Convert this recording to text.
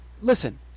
Listen